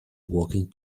walking